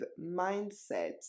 mindset